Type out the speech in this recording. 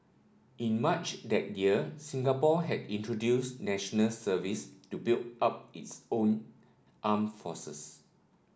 in March that year Singapore had introduced National Service to build up its own armed forces